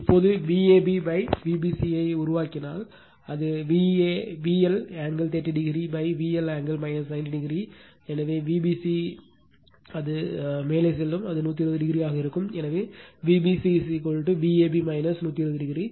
இப்போது Vab Vbc ஐ உருவாக்கினால் அது VL angle 30 VL angle 90 ஆகையால் Vbc அது மேலே செல்லும் அது 120o ஆக இருக்கும் எனவே Vbc Vab 120o